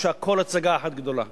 או שהכול הצגה אחת גדולה?